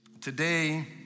Today